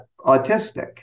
autistic